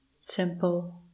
Simple